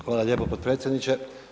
Hvala lijepo, potpredsjedniče.